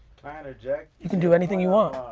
interject? you can do anything you want?